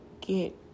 get